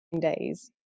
days